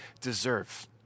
deserve